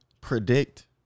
predict